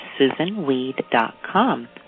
SusanWeed.com